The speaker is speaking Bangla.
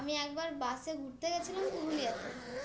আমি একবার বাসে ঘুরতে গিয়েছিলাম পুরুলিয়াতে